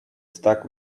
stuck